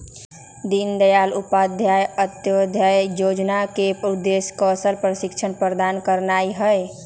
दीनदयाल उपाध्याय अंत्योदय जोजना के उद्देश्य कौशल प्रशिक्षण प्रदान करनाइ हइ